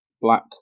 black